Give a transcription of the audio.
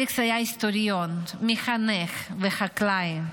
אלכס היה היסטוריון, מחנך וחקלאי.